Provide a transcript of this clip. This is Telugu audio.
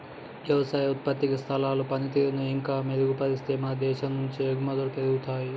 వ్యవసాయ ఉత్పత్తి సంస్థల పనితీరును ఇంకా మెరుగుపరిస్తే మన దేశం నుండి ఎగుమతులు పెరుగుతాయి